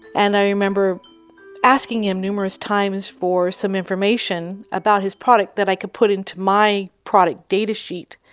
and i remember asking him numerous times for some information about his product that i could put into my product datasheet,